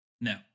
No